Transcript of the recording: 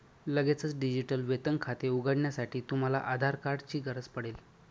लगेचच डिजिटल वेतन खाते उघडण्यासाठी, तुम्हाला आधार कार्ड ची गरज पडेल